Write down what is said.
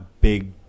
big